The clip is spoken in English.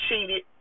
cheated